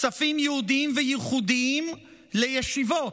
כספים ייעודיים וייחודיים לישיבות,